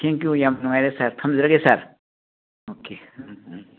ꯊꯦꯡ you ꯌꯥꯝ ꯅꯨꯡꯉꯥꯏꯔꯦ sir ꯊꯝꯖꯔꯒꯦ ꯁꯥꯔ ꯑꯣꯀꯦ ꯎꯝ ꯎꯝ ꯎꯝ